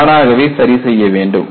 தானாகவே சரிசெய்ய வேண்டும்